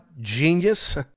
genius